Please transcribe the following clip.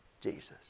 Jesus